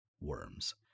Worms